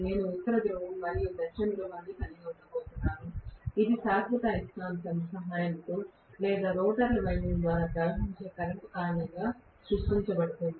నేను ఉత్తర ధ్రువం మరియు దక్షిణ ధృవాన్ని కలిగి ఉండబోతున్నాను ఇది శాశ్వత అయస్కాంతం సహాయంతో లేదా రోటర్ వైండింగ్ల ద్వారా ప్రవహించే కరెంట్ కారణంగా సృష్టించబడుతుంది